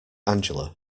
angela